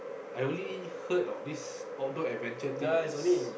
I only heard of this Outdoor Adventure thing is